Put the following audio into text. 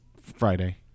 friday